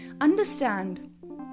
understand